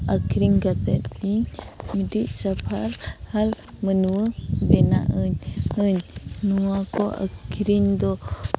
ᱟᱹᱠᱷᱨᱤᱧ ᱠᱟᱛᱮᱫ ᱤᱧ ᱢᱤᱴᱤᱡ ᱥᱟᱯᱷᱟ ᱦᱟᱞ ᱢᱟᱱᱣᱟ ᱵᱮᱱᱟᱜ ᱟᱹᱧ ᱟᱹᱧ ᱱᱚᱣᱟ ᱠᱚ ᱟᱹᱠᱷᱨᱤᱧ ᱫᱚ